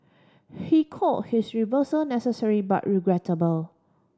he call his reversal necessary but regrettable